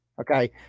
Okay